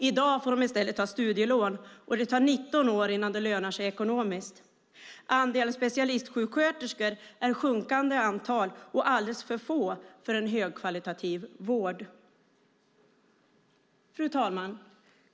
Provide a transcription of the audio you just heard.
I dag får de i stället ta studielån, och det tar 19 år innan det lönar sig ekonomiskt. Andelen specialistsjuksköterskor är i sjunkande antal och alldeles för få för en högkvalitativ vård. Fru talman!